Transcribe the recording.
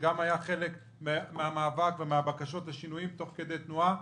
שגם היה חלק מהמאבק ומהבקשות לשינויים תוך כדי תנועה,